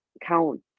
count